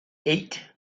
eight